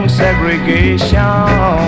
segregation